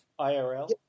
IRL